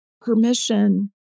permission